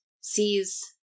sees